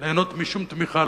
ליהנות משום תמיכה,